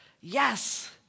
Yes